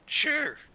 sure